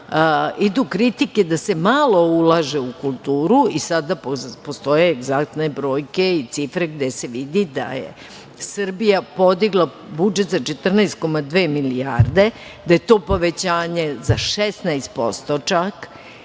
idu kritike da se malo ulaže u kulturu i sada postoje egzaktne brojke i cifre gde se vidi da je Srbija podigla budžet za 14,2 milijarde, da je to povećanje za čak